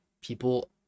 people